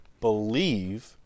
believe